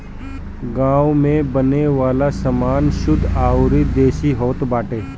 गांव में बने वाला सामान शुद्ध अउरी देसी होत बाटे